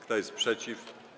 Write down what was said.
Kto jest przeciw?